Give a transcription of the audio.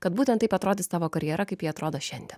kad būtent taip atrodys tavo karjera kaip ji atrodo šiandien